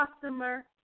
customer